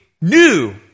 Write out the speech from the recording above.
new